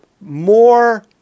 more